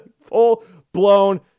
Full-blown